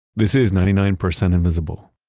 this is ninety nine percent invisible.